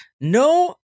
No